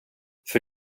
för